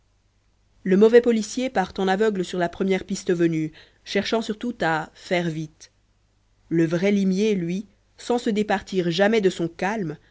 le mauvais policier part en aveugle sur la première piste venue cherchant surtout à faire vite le vrai limier lui sans se départir jamais de son calme